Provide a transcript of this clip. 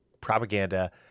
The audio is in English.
propaganda